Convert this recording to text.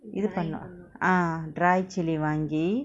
இது பன்ணு:ithu pannu ah dry chilli வாங்கி:vangi